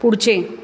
पुढचे